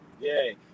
Yay